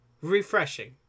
refreshing